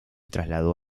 trasladó